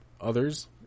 others